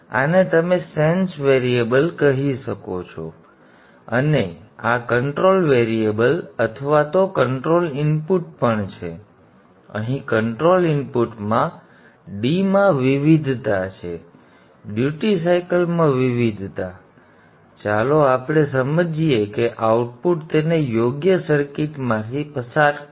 તેથી આને તમે સેન્સ વેરિયેબલ કહો છો અને આ કંટ્રોલ વેરિયેબલ અથવા તો કન્ટ્રોલ ઇનપુટ પણ છે અહીં કન્ટ્રોલ ઇનપુટમાં Dમાં વિવિધતા છે ડ્યુટી સાયકલમાં વિવિધતા તેથી ચાલો આપણે સમજીએ કે આઉટપુટ તેને યોગ્ય સર્કિટરીમાંથી પસાર કરે છે